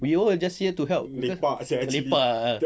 we here just to help lepak